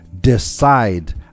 decide